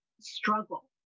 struggle